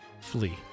flee